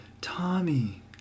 Tommy